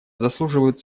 заслуживают